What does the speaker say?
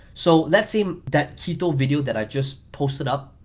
so let's see um that keto video that i just posted up,